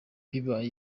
bibaye